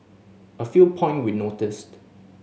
a few point we noticed